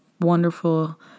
wonderful